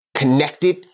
Connected